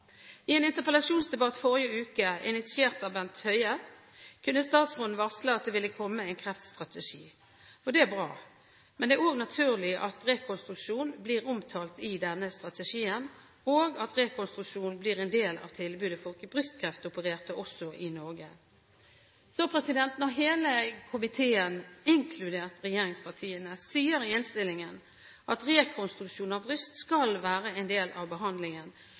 I en interpellasjonsdebatt forrige uke, initiert av Bent Høie, kunne statsråden varsle at det ville komme en kreftstrategi. Det er bra. Det er naturlig at også rekonstruksjon blir omtalt i denne strategien, og at rekonstruksjon blir en del av tilbudet til brystkreftopererte også i Norge. Når hele komiteen, inkludert regjeringspartiene, sier i innstillingen at rekonstruksjon av bryst skal være en del av behandlingen,